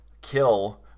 kill